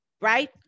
Right